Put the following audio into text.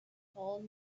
called